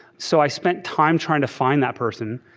so i spent time trying to find that person.